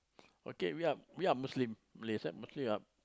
okay we are we are Muslim Malays eh mostly we are